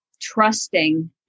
trusting